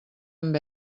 amb